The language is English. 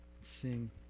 sing